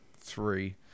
three